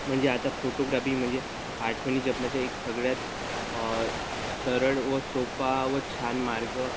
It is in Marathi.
म्हणजे आता फोटोग्राफी म्हणजे आठवणी जपण्याच्या एक सगळ्यात सरळ व सोपा व छान मार्ग